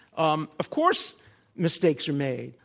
um of course mistakes are made.